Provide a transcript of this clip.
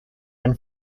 and